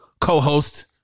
co-host